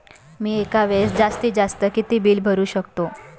मी एका वेळेस जास्तीत जास्त किती बिल भरू शकतो?